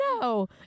no